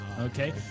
Okay